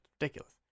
Ridiculous